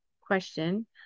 question